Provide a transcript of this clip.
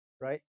right